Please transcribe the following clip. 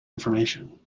information